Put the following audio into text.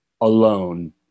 alone